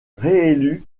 réélu